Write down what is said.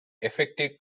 effective